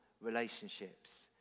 relationships